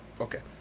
Okay